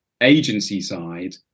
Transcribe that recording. Agency-side